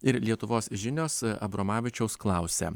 ir lietuvos žinios abromavičiaus klausia